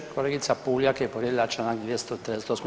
Kolegica Puljak je povrijedila Članak 238.